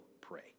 pray